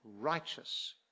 righteous